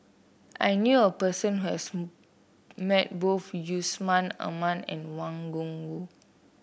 I knew a person who has met both Yusman Aman and Wang Gungwu